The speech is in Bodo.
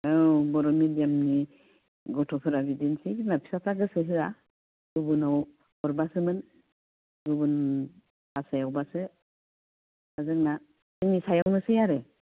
औ बर'मिडियामनि गथ'फोरा बिदिनोसै बिमा बिफाफ्रा गोसो होआ गुबुनाव हरब्लासोमोन गुबुन भासायावबासो दा जोंना जोंनि सायावनोसै आरो